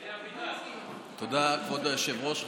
תודה, כבוד היושב-ראש.